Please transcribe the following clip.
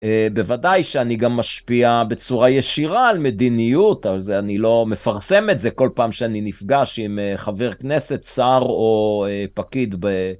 בוודאי שאני גם משפיע בצורה ישירה על מדיניות, אז אני לא מפרסם את זה כל פעם שאני נפגש עם חבר כנסת, שר או פקיד ב...